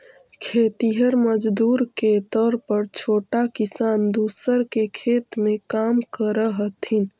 खेतिहर मजदूर के तौर पर छोटा किसान दूसर के खेत में काम करऽ हथिन